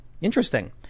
Interesting